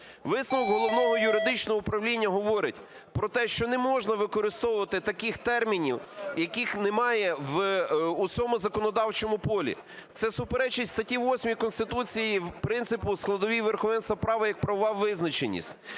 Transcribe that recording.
Висновок Головного юридичного управління говорить про те, що не можна використовувати таких термінів, яких немає в усьому законодавчому полі. Це суперечить статті 8 Конституції, принципу у складовій верховенства права як правова визначеність.